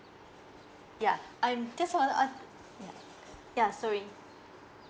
yeah I'm just want to ask ya ya sorry